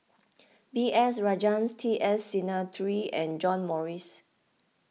B S Rajhans T S Sinnathuray and John Morrice